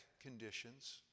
conditions